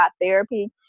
therapy